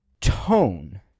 tone